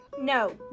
No